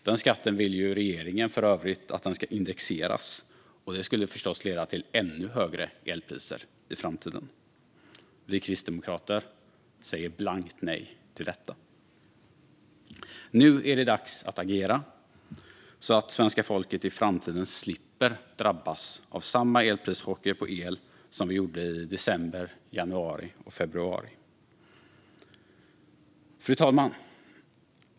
Regeringen vill för övrigt att den skatten ska indexeras, vilket förstås skulle leda till ännu högre elpriser i framtiden. Vi kristdemokrater säger blankt nej till detta. Nu är det dags att agera, så att svenska folket i framtiden slipper drabbas av samma prischocker på el som vi drabbades av i december, januari och februari. Fru talman!